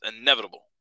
inevitable